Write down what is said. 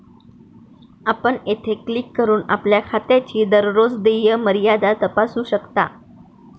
आपण येथे क्लिक करून आपल्या खात्याची दररोज देय मर्यादा तपासू शकता